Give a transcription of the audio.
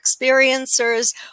experiencers